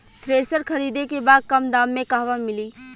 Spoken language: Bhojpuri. थ्रेसर खरीदे के बा कम दाम में कहवा मिली?